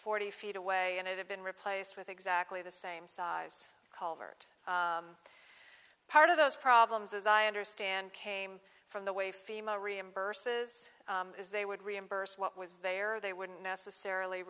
forty feet away and it had been replaced with exactly the same size colvert part of those problems as i understand came from the way fema reimburses is they would reimburse what was there they wouldn't necessarily